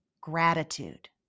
gratitude